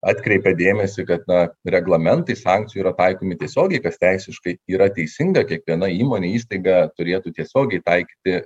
atkreipia dėmesį kad na reglamentai sankcijų yra taikomi tiesiogiai kas teisiškai yra teisinga kiekviena įmonė įstaiga turėtų tiesiogiai taikyti